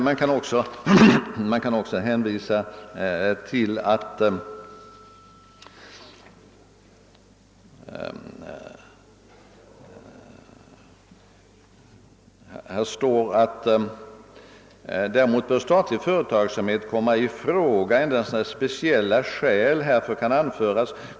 Man kan också hänvisa till att det på ett ställe i motionen sägs: »Däremot bör statlig företagsamhet komma i fråga när speciella skäl härför kan anföras.